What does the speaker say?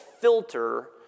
filter